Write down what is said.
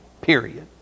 period